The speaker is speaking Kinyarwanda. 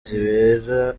zibera